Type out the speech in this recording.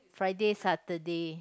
Friday Saturday